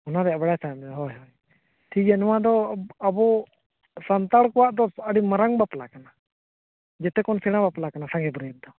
ᱚᱱᱟ ᱨᱮᱭᱟᱜ ᱵᱟᱲᱟᱭ ᱥᱟᱱᱟᱭᱮᱫ ᱵᱮᱱᱟ ᱦᱳᱭ ᱦᱳᱭ ᱴᱷᱤᱠ ᱜᱮᱭᱟ ᱱᱚᱣᱟ ᱫᱚ ᱟᱵᱚ ᱥᱟᱱᱛᱟᱲ ᱠᱚᱣᱟᱜ ᱫᱚ ᱟᱹᱰᱤ ᱢᱟᱨᱟᱝ ᱵᱟᱯᱞᱟ ᱠᱟᱱᱟ ᱡᱚᱛᱚ ᱠᱷᱚᱱ ᱥᱮᱬᱟ ᱵᱟᱯᱞᱟ ᱠᱟᱱᱟ ᱥᱟᱸᱜᱮ ᱵᱟᱹᱨᱭᱟᱹᱛ ᱫᱚ